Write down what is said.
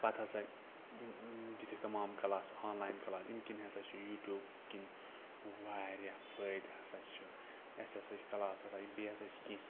تَتھ ہَسا دِتِکھ تَمام کَلاس آنلاین کَلاس اَمہِ کِنۍ ہَسا چھِ یوٗٹیوٗب کِنۍ واریاہ فٲیدٕ ہَسا چھِ اَسہِ ہَسا چھِ کَلاس رَٹان بیٚیہِ ہَسا چھِ کینٛہہ